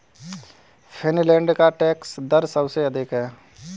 Finland का tax दर सबसे अधिक है